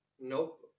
Nope